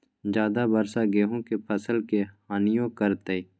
ज्यादा वर्षा गेंहू के फसल के हानियों करतै?